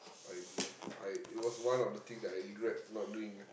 idea I it was one of the things that I regret not doing ah